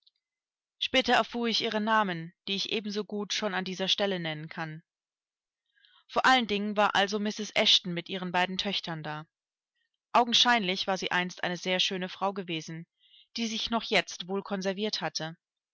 später erfuhr ich ihre namen die ich ebenso gut schon an dieser stelle nennen kann vor allen dingen war also mrs eshton mit ihren beiden töchtern da augenscheinlich war sie einst eine sehr schöne frau gewesen die sich noch jetzt wohl konserviert hatte